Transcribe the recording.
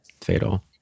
Fatal